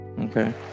Okay